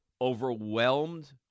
overwhelmed